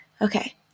Okay